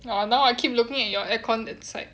!wah! now I keep looking at your aircon that side